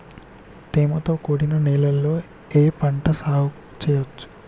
తేమతో కూడిన నేలలో ఏ పంట సాగు చేయచ్చు?